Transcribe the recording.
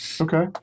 Okay